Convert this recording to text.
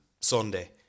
Sunday